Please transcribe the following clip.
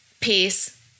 peace